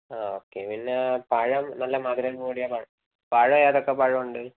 ആ ഓക്കെ പിന്നെ പഴം നല്ല മധുരം കൂടിയ പഴം പഴം ഏതൊക്കെ പഴം ഉണ്ട്